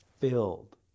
filled